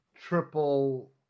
Triple